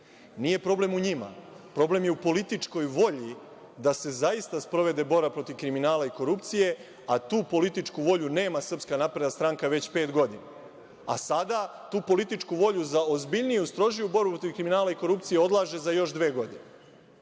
nije problem u njima, problem je u političkoj volji da se zaista sprovede borba protiv kriminala i korupcije, a tu političku volju nema SNS već pet godina, a sada tu političku volju za ozbiljniju, strožiju borbu protiv kriminala i korupcije odlaže za još dve godine. Ja